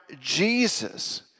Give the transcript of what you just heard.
Jesus